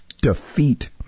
defeat